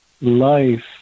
life